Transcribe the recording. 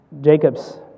Jacob's